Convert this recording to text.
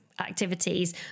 activities